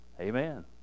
amen